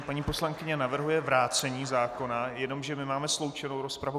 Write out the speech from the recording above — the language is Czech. Paní poslankyně navrhuje vrácení zákona, jenomže my máme sloučenou rozpravu.